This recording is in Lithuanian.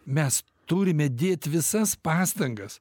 mes turime dėti visas pastangas